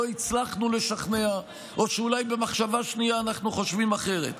לא הצלחנו לשכנע או שאולי במחשבה שנייה אנחנו חושבים אחרת.